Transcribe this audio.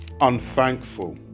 unthankful